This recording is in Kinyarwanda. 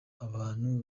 abantu